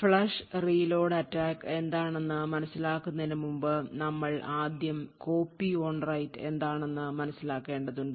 flush reload attack എന്താണെന്നു മനസിലാക്കുന്നതിന് മുൻപ് നമ്മൾ ആദ്യം കോപ്പി ഓൺ റൈറ്റ് എന്താണെന്നു മനസിലാക്കേണ്ടതുണ്ട്